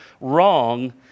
wrong